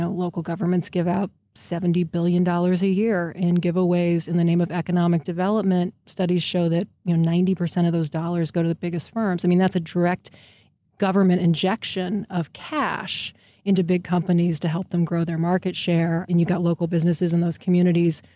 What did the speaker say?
ah local governments give out seventy billion dollars a year in giveaways in the name of economic development. studies show that ninety percent of those dollars go to the biggest firms. and that's a direct government injection of cash into big companies to help them grown their market share, and you've got local businesses in those communities,